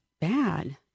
bad